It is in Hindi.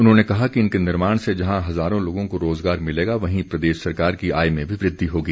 उन्होंने कहा कि इनके निर्माण से जहां हज़ारों लोगों को रोजगार मिलेगा वहीं प्रदेश सरकार की आय में भी वृद्धि होगी